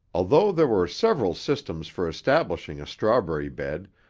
although there were several systems for establishing a strawberry bed,